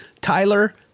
Tyler